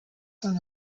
son